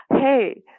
Hey